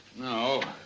no,